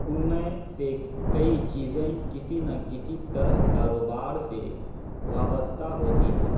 ان میں سے کئی چیزیں کسی نہ کسی طرح کاروبار سے وابستہ ہوتی ہے